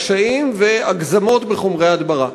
קשיים והגזמות בחומרי הדברה.